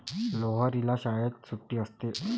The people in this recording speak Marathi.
लोहरीला शाळेत सुट्टी असते